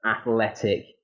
athletic